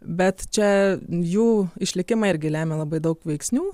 bet čia jų išlikimą irgi lemia labai daug veiksnių